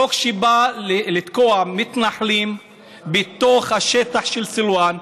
חוק שבא לתקוע מתנחלים בתוך השטח של סילוואן,